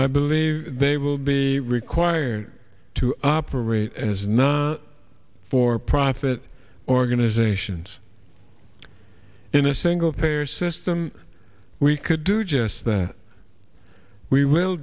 i believe they will be required to operate as not for profit organizations in a single payer system we could do just that we will